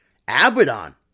Abaddon